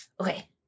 Okay